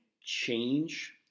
change